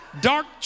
Dark